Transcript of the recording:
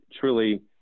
truly